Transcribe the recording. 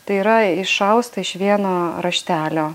tai yra išausta iš vieno raštelio